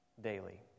daily